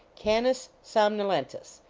canis somnolcutus.